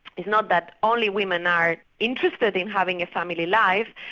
it's not that only women are interested in having a family life,